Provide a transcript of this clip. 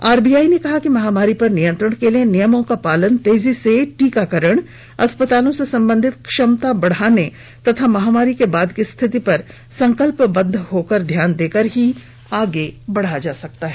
RBI ने कहा कि महामारी पर नियंत्रण के लिए नियमों का पालन तेजी से टीकाकरण अस्पतालों से संबंधित क्षमता बढ़ाने तथा महामारी के बाद की स्थिति पर संकल्पबद्ध होकर ध्यान देकर ही आगे बढ़ा जा सकता है